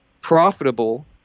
profitable